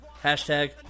Hashtag